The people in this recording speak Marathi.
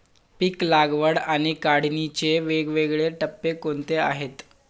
पीक लागवड आणि काढणीचे वेगवेगळे टप्पे कोणते आहेत?